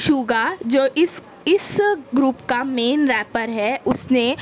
Suga جو اِس اِس گروپ کا مین ریپر ہے اُس نے